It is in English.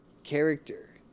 character